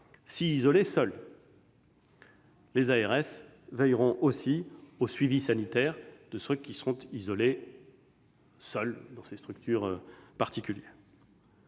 propriétaires. Les ARS veilleront aussi au suivi sanitaire de ceux qui seront isolés dans ces structures particulières.